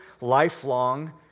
lifelong